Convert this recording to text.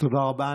תודה רבה.